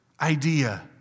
idea